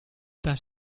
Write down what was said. does